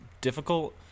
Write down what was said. difficult